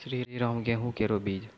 श्रीराम गेहूँ केरो बीज?